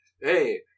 Hey